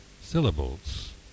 syllables